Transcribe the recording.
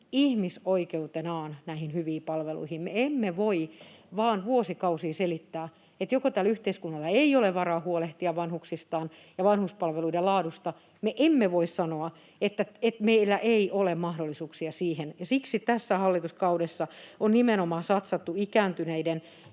ihmisoikeutenaan näihin hyviin palveluihin. Me emme voi vain vuosikausia selittää, että joko tällä yhteiskunnalla ei ole varaa huolehtia vanhuksistaan ja vanhuspalveluiden laadusta. Me emme voi sanoa, että meillä ei ole mahdollisuuksia siihen. Siksi tällä hallituskaudella on satsattu nimenomaan ikääntyneiden